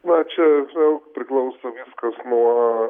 na čia vėl priklauso viskas nuo